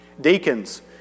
Deacons